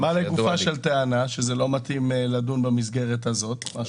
המתווה שמוצג כרגע הוא ללא הסכמות?